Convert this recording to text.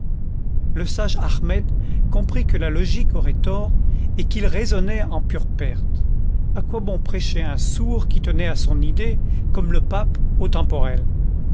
le sage ahmed comprit que la logique aurait tort et qu'il raisonnait en pure perte a quoi bon prêcher un sourd qui tenait à son idév comme le pape au temporel